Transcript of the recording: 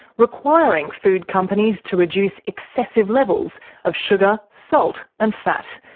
requiring food companies to reduce excessive levels of sugar, salt and fat.